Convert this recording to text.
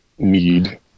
need